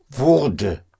wurde